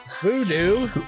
Voodoo